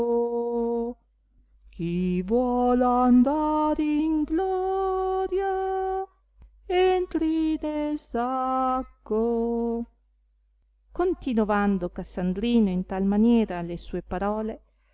vuol andare in gloria entri nel sacco continovando cassandrino in tal maniera le sue parole